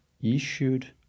issued